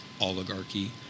oligarchy